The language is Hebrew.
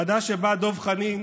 ועדה שבה דב חנין,